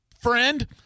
friend